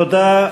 תודה.